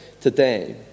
today